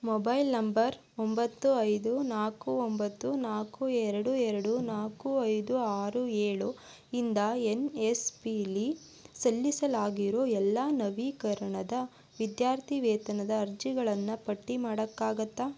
mobile number ಒಂಬತ್ತು ಐದು ನಾಲ್ಕು ಒಂಬತ್ತು ನಾಲ್ಕು ಎರಡು ಎರಡು ನಾಲ್ಕು ಐದು ಆರು ಏಳು ಇಂದ ಎನ್ ಎಸ್ ಪಿಲಿ ಸಲ್ಲಿಸಲಾಗಿರೋ ಎಲ್ಲ ನವೀಕರಣದ ವಿದ್ಯಾರ್ಥಿವೇತನದ ಅರ್ಜಿಗಳನ್ನು ಪಟ್ಟಿ ಮಾಡೋಕ್ಕಾಗುತ್ತ